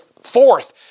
fourth